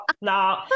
no